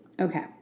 Okay